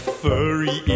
furry